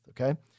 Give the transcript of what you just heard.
okay